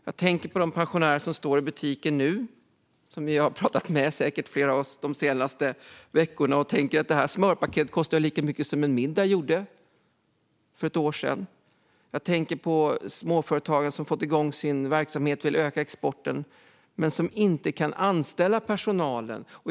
Jag tänker på de pensionärer som flera av oss säkert pratat med de senaste veckorna och som nu står i butiken och tänker att ett smörpaket kostar lika mycket som en middag gjorde för ett år sedan. Jag tänker på de småföretagare som har fått igång sin verksamhet och vill öka exporten men som inte kan anställa personal.